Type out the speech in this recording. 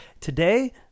Today